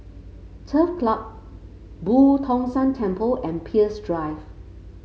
Turf Club Boo Tong San Temple and Peirce Drive